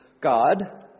God